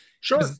sure